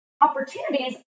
Opportunities